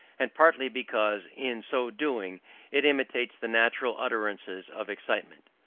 and partly because in so doing it imitates the natural utterances of excitement.